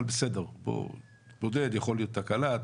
אבל בסדר יכולה הייתה להיות תקלה,